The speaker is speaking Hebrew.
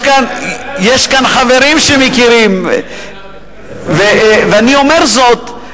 יש כאן חברים שמכירים, איתן כבל.